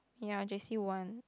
yeah j_c [one]